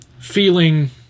Feeling